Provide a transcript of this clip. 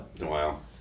Wow